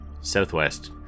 southwest